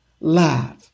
Laugh